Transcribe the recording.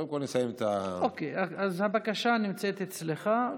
קודם כול נסיים את, אוקיי, אז הבקשה נמצאת אצלך.